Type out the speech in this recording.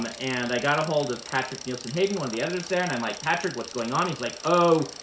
um ah and i got ahold of patrick nielsen hayden, one of the editors there, and i'm like, patrick, what's going on? he's like, oh,